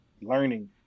learning